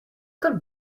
told